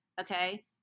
okay